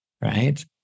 right